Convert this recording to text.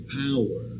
power